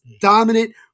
dominant